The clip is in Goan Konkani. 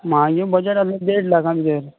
म्हाजे बजेट आसा देड लाखां भितर